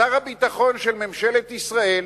שר הביטחון של ממשלת ישראל